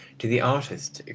to the artist,